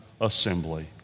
assembly